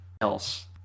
else